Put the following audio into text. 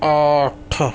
آٹھ